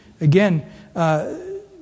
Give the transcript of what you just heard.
Again